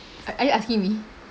a~ are you asking me